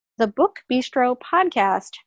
thebookbistropodcast